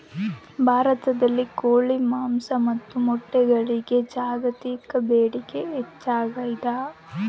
ಭಾರತದಲ್ಲಿ ಕೋಳಿ ಮಾಂಸ ಮತ್ತು ಮೊಟ್ಟೆಗಳಿಗೆ ಜಾಗತಿಕ ಬೇಡಿಕೆ ಹೆಚ್ಚಾಗ್ಯಾದ